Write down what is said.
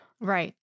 Right